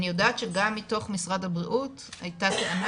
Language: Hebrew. אני יודעת שגם מתוך משרד הבריאות הייתה טענה